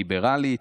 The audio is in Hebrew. ליברלית,